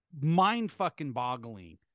mind-fucking-boggling